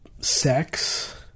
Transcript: sex